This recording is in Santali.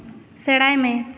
ᱥᱮᱬᱟᱭ ᱢᱮ